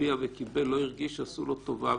שהצביע וקיבל, לא הרגיש שעשו לו טובה.